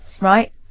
right